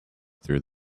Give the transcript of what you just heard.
through